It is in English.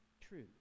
true